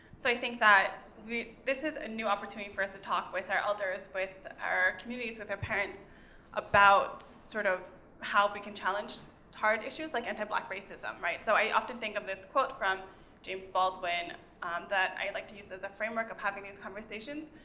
so i think that this is a new opportunity for us to talk with our elders, with our communities, with our parents about sort of how we can challenge hard issues, like anti-black racism, right? so i often think of this quote from james baldwin that i like to use as a framework of having these conversations.